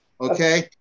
okay